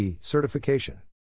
certification